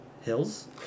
hills